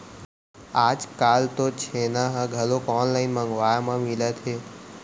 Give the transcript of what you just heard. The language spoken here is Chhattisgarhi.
आजकाल तो छेना ह घलोक ऑनलाइन मंगवाए म मिलत हे